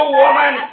woman